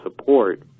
support